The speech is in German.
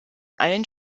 allen